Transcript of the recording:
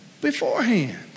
beforehand